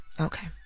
Okay